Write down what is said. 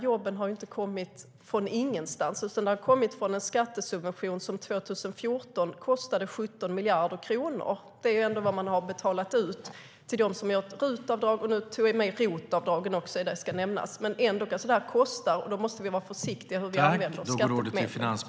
Jobben har ju inte kommit från ingenstans, utan de har kommit från en skattesubvention som år 2014 kostade 17 miljarder kronor. Det är vad man har betalat ut till dem som har gjort RUT-avdrag, och jag ska nämna att ROT-avdragen också är med i den siffran. Men detta kostar alltså. Vi måste vara försiktiga med hur vi använder skattemedlen.